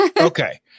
Okay